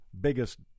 biggest